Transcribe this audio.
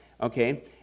okay